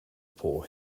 poor